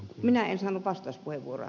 minä en saanut vastauspuheenvuoroa